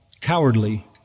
cowardly